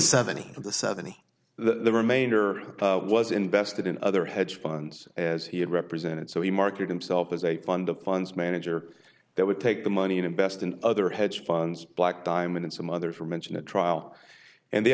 the seventy the remainder was invested in other hedge funds as he had represented so he market himself as a fund of funds manager that would take the money and invest in other hedge funds black diamond and some others for mention at trial and the